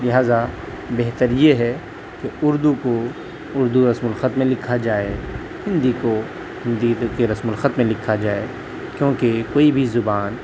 لہٰذا بہتر یہ ہے کہ اردو کو اردو رسم الخط میں لکھا جائے ہندی کو ہندی کے رسم الخط میں لکھا جائے کیوں کہ کوئی بھی زبان